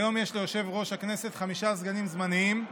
כיום יש ליושב-ראש הכנסת חמישה סגנים זמניים,